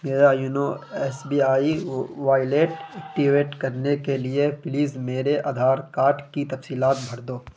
میرا YONO S B I wallet activate کرنے کے لیے پلیز میرے آدھار کارڈ کی تفصیلات بھر دو